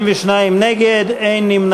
40 בעד, 62 נגד, אין נמנעים.